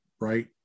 right